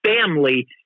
family